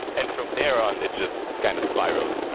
and from there on it just kind of spiraled